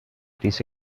dice